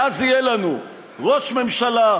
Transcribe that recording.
ואז יהיה לנו ראש ממשלה,